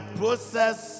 process